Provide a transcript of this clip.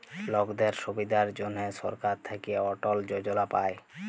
লকদের সুবিধার জনহ সরকার থাক্যে অটল যজলা পায়